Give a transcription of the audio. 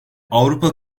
avrupa